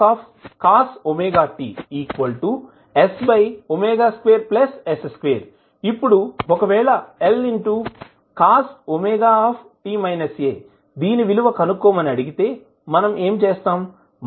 Lcos ωt s2s2 ఇప్పుడు ఒకవేళ Lcos ω దీని విలువ కనుక్కోమని అడిగితే మనం ఏమి చేస్తాం